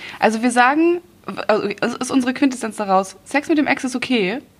Also wir sagen, w- also es ist unsere Quintessenz daraus, Sex mit dem Ex ist okay.